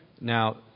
Now